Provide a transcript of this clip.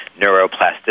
neuroplasticity